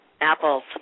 Apples